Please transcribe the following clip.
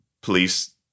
police